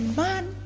man